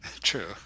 true